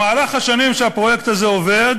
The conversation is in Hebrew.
במהלך השנים שהפרויקט הזה עובד